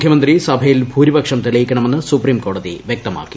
മുഖ്യമന്ത്രി സഭയിൽ ഭൂരിപക്ഷം തെളിയിക്കണമെന്ന് സുപ്രീം കോടതി വ്യക്തമാക്കി